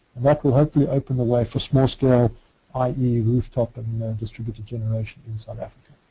that will hopefully open a way for small-scale i e. roof top and distributive generation in south africa.